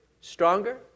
stronger